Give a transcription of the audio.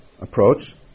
approach